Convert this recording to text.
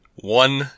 One